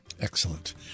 Excellent